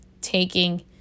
taking